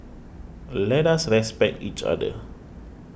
let us respect each other